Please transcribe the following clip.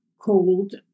cold